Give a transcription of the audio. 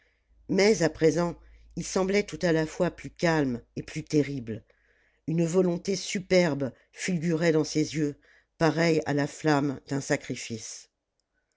mais à présent il semblait tout à la fois plus calme et plus terrible une volonté superbe fulgurait dans ses yeux pareille à la flamme d'un sacrifice